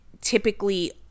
typically